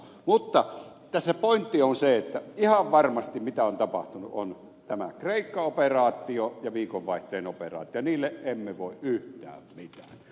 mutta tässä pointti on että se mitä ihan varmasti on tapahtunut on tämä kreikka operaatio ja viikonvaihteen operaatio ja niille emme voi yhtään mitään